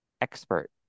Expert